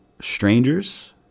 strangers